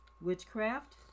witchcraft